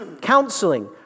counseling